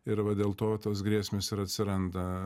ir va dėl to tos grėsmės ir atsiranda